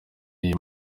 uyu